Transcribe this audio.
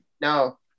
No